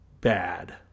bad